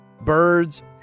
Birds